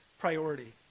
priority